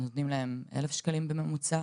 נותנים להן אולי 1,000 ₪ בממוצע?